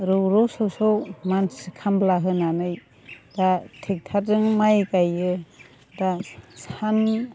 रौरौ सौसौ मानसि खामला होनानै दा ट्रेक्टरजों माइ गायो दा सान